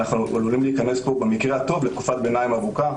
אנו עלולים להיכנס פה במקרה הטוב לתקופת ביניים ארוכה,